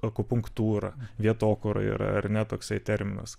akupunktūrą vietokura yra ar ne toksai terminas